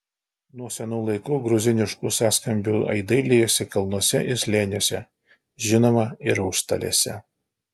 nuo senų laikų gruziniškų sąskambių aidai liejosi kalnuose ir slėniuose žinoma ir užstalėse